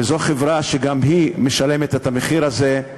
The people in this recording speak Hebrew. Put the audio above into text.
וזו חברה שגם היא משלמת את המחיר הזה.